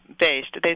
based